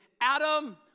Adam